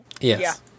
Yes